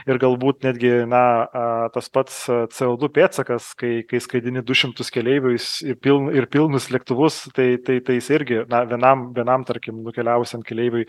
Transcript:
ir galbūt netgi na a tas pats c o du pėdsakas kai kai skaidini du šimtus keleivių jis į piln ir pilnus lėktuvus tai tai tais irgi na vienam vienam tarkim nukeliavusiam keleiviui